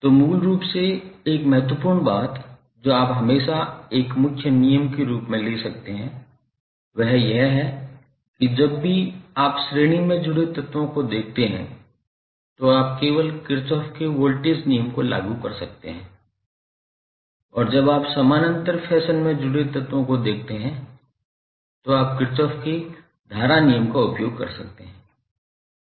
तो मूल रूप से एक महत्वपूर्ण बात जो आप हमेशा एक मुख्य नियम के रूप में ले सकते हैं वह यह है कि जब भी आप श्रेणी में जुड़े तत्वों को देखते हैं तो आप केवल किरचॉफ के वोल्टेज नियम को लागू कर सकते हैं और जब आप समानांतर फैशन में जुड़े तत्वों को देखते हैं तो आप किरचॉफ के धारा नियम का उपयोग कर सकते हैं